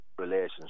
relations